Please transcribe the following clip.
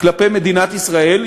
כלפי מדינת ישראל,